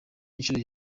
inshuro